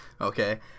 Okay